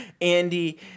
Andy